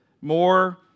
more